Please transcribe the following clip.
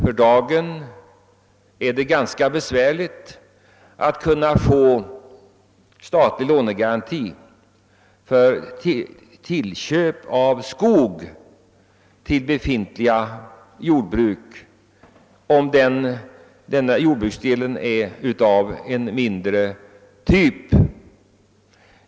För dagen är det ganska besvärligt att få statlig lånegaranti vid tillköp av skog till befintliga jordbruk av mindre typ.